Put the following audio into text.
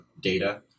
data